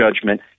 judgment